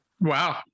Wow